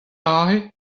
aze